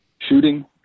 Shooting